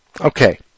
Okay